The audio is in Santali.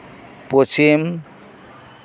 ᱯᱚᱪᱷᱤᱢ